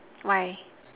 why